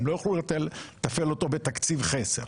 הם לא יוכלו להפעיל אותו בתקציב חסר.